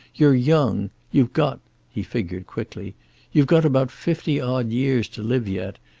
you're young. you've got he figured quickly you've got about fifty-odd years to live yet,